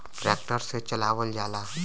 tractor से चलावल जाला